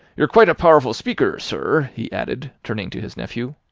you're quite a powerful speaker, sir, he added, turning to his nephew.